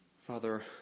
Father